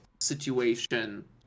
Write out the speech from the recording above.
situation